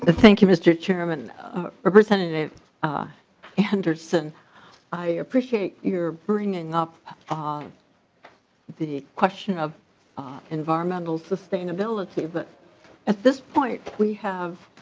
thank you mr. chair um and representative ah anderson i appreciate your bringing up ah the question of environmental sustainability but at this point we have